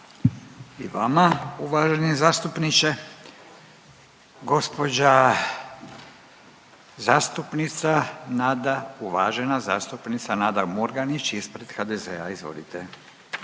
I vama uvaženi zastupniče. Gospođa zastupnica Nada, uvažena zastupnica Nada Murganić, ispred HDZ-a. Izvolite.